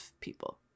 people